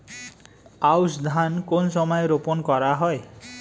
আউশ ধান কোন সময়ে রোপন করা হয়?